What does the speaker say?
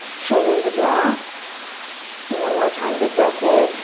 shoulders drop and one more time, big breath in.